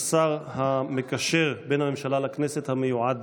השר המקשר בין הממשלה לכנסת המיועד,